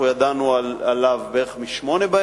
אנחנו ידענו עליו בערך מ-20:00.